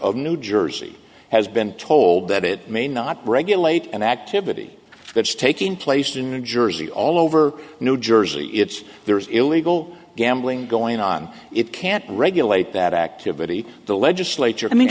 of new jersey has been told that it may not regulate an activity that's taking place in new jersey all over new jersey it's there is illegal gambling going on it can't regulate that activity the legislature